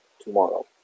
tomorrow